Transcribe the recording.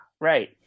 right